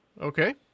Okay